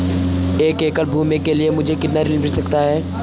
एक एकड़ भूमि के लिए मुझे कितना ऋण मिल सकता है?